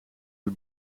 het